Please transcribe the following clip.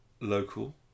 local